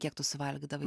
kiek tu suvalgydavai